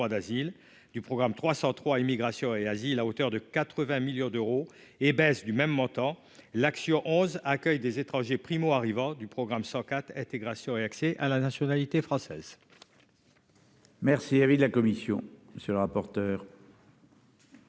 d'asile du programme 303 immigration et asile à hauteur de 80 millions d'euros et baisse du même montant, l'action 11 accueil des étrangers primo-arrivants du programme 104 intégration et accès à la nationalité française. Merci, avis de la commission, monsieur